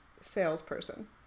salesperson